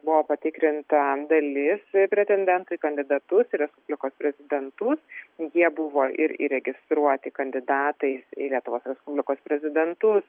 buvo patikrinta dalis pretendentų į kandidatus į respublikos prezidentus jie buvo ir įregistruoti kandidatai į lietuvos respublikos prezidentus